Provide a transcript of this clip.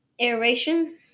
aeration